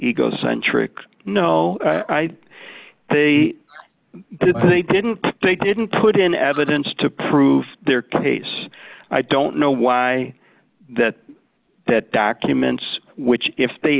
egocentric no they didn't they didn't they didn't put in evidence to prove their case i don't know why that that documents which if they